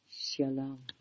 shalom